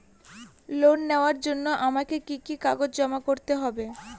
Loan নেওয়ার জন্য আমাকে কি কি কাগজ জমা করতে হবে?